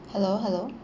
hello hello